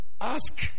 ask